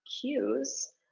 cues